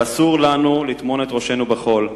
אבל אסור לנו לטמון את ראשנו בחול.